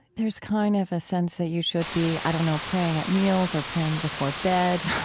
there's kind of a sense that you should be, i don't know, praying at meals or praying before bed